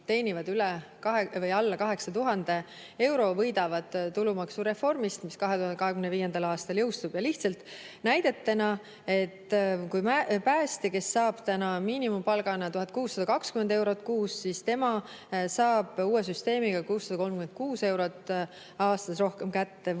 teenivad alla 8000 euro, võidavad tulumaksureformist, mis 2025. aastal jõustub. Lihtsalt näidetena: päästja, kes saab praegu miinimumpalgana 1620 eurot kuus, saab uue süsteemiga 636 eurot aastas rohkem kätte. Või